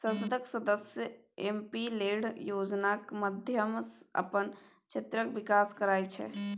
संसदक सदस्य MP LAD योजनाक माध्यमसँ अपन क्षेत्रक बिकास करय छै